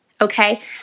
okay